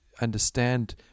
understand